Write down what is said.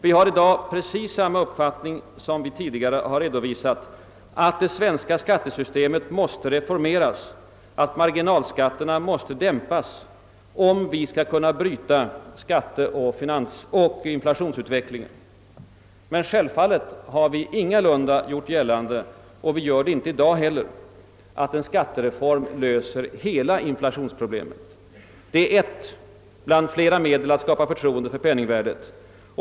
Vi har i dag precis samma uppfattning som vi tidigare redovisat, nämligen att det svenska skattesystemet måste reformeras och marginalskatterna dämpas, om vi skall kunna bryta skatteoch inflationsutvecklingen. Självfallet har vi ingalunda gjort gällande — och vi gör det inte i dag heller — att en skattereform löser hela inflationsproblemet; det är ett bland flera medel att skapa förtroende för penningvärdet.